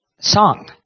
song